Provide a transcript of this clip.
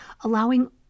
allowing